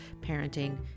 parenting